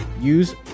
use